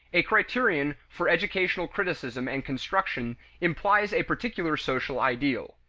a criterion for educational criticism and construction implies a particular social ideal.